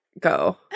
go